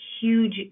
huge